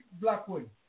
Blackwood